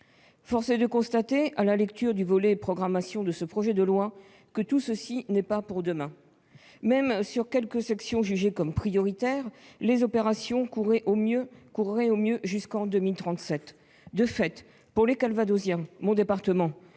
Force est de constater, à la lecture du volet relatif à la programmation de ce projet de loi, que tout cela n'est pas pour demain ... Même pour quelques sections jugées prioritaires, les opérations courraient au mieux jusqu'en 2037 ! De fait, pour les habitants de mon département,